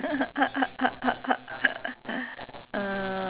deanna's kitchen but the specialty is on the prawn noodle